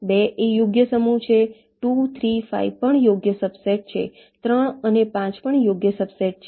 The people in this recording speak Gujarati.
2 એ યોગ્ય સમૂહ છે 2 3 5 પણ યોગ્ય સબસેટછે 3 5 પણ યોગ્ય સબસેટ છે